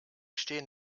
stehen